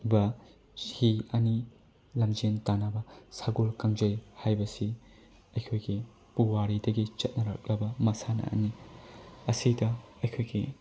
ꯕ ꯍꯤ ꯑꯅꯤ ꯂꯝꯖꯦꯟ ꯇꯥꯟꯅꯕ ꯁꯒꯣꯜ ꯀꯥꯡꯖꯩ ꯍꯥꯏꯕꯁꯤ ꯑꯩꯈꯣꯏꯒꯤ ꯄꯨꯋꯥꯔꯤꯗꯒꯤ ꯆꯠꯅꯔꯛꯂꯕ ꯃꯁꯥꯟꯅꯅꯤ ꯃꯁꯤꯗ ꯑꯩꯈꯣꯏꯒꯤ